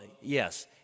yes